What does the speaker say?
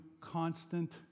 constant